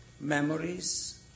memories